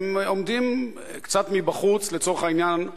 הם עומדים קצת מבחוץ לצורך העניין,